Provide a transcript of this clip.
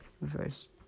Verse